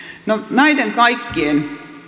näiden kaikkien